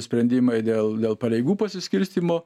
sprendimai dėl dėl pareigų pasiskirstymo